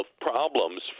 problems